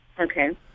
Okay